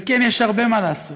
וכן, יש הרבה מה לעשות,